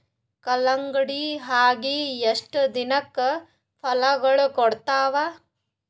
ಕಲ್ಲಂಗಡಿ ಅಗಿ ಎಷ್ಟ ದಿನಕ ಫಲಾಗೋಳ ಕೊಡತಾವ?